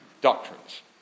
doctrines